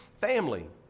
family